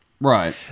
right